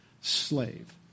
slave